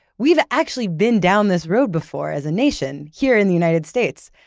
we've actually been down this road before as a nation here in the united states.